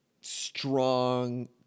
strong